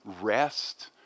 rest